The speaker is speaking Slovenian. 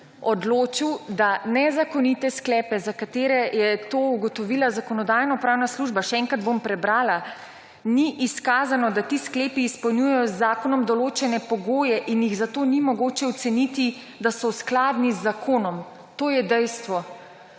odločil, da nezakonite sklepe, za katere je to ugotovila Zakonodajno-pravna služba, še enkrat bom prebral: »ni izkazano, da ti sklepi izpolnjujejo z zakonom določene pogoje in jih zato ni mogoče oceniti, da so skladni z zakonom.« To je dejstvo.